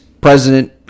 president